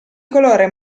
colore